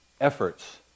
efforts